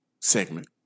segment